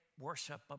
worship